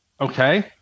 Okay